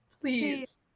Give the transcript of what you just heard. please